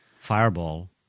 fireball